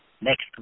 next